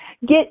get